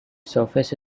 surface